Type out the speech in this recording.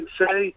say